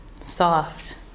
soft